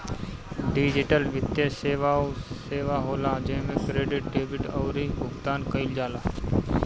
digital वित्तीय सेवा उ सेवा होला जेमे क्रेडिट, डेबिट अउरी भुगतान कईल जाला